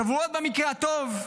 שבועות במקרה הטוב.